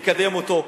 לקדם אותו,